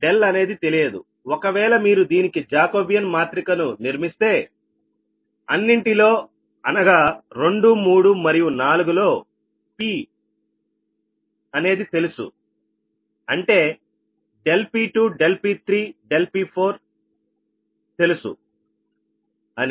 కాబట్టి అనేది తెలియదు ఒకవేళ మీరు దీనికి జాకోబియాన్ మాత్రిక ను నిర్మిస్తే అన్నింటిలో అనగా 2 3 మరియు 4 లో Pఏది తెలుసు అంటే P2 P3 P4 తెలుసు అని